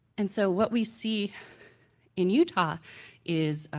and so what we see in utah is